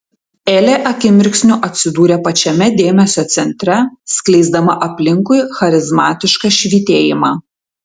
elė akimirksniu atsidūrė pačiame dėmesio centre skleisdama aplinkui charizmatišką švytėjimą